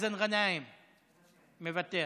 מאזן גנאים, מוותר.